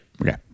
okay